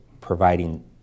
providing